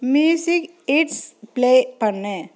music hits play பண்ணு